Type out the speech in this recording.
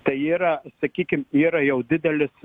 tai yra sakykim yra jau didelis